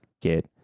get